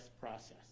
process